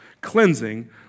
cleansing